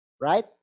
right